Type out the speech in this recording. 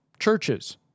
Churches